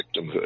victimhood